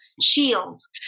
shields